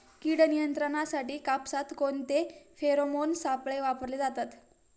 कीड नियंत्रणासाठी कापसात कोणते फेरोमोन सापळे वापरले जातात?